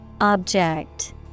Object